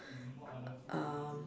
um